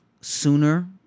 sooner